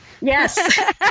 yes